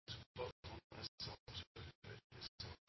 takke